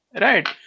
Right